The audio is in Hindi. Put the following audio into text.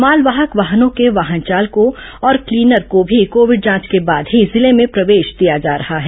मालवाहक वाहनों के वाहन चालकों और क्लीनर को भी कोविड जांच के बाद ही जिले में प्रवेश दिया जा रहा है